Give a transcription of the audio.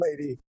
lady